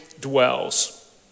dwells